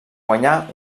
guanyar